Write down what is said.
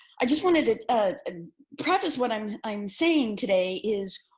i just wanted to ah and preface what i'm i'm saying today is,